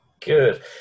good